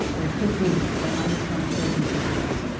but it could be that under some circumstances,